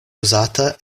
uzata